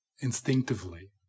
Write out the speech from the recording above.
instinctively